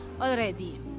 already